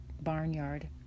barnyard